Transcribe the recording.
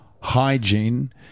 hygiene